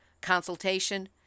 consultation